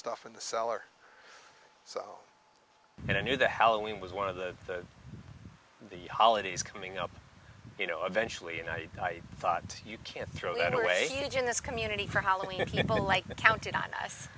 stuff in the cellar so i knew the halloween was one of the the holidays coming up you know eventually and i thought you can't throw that away in this community for halloween like that counted on us